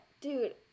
dude